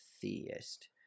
theist